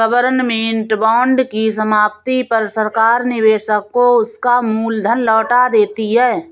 government bond की समाप्ति पर सरकार निवेशक को उसका मूल धन लौटा देती है